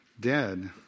dead